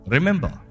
Remember